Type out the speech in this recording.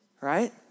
right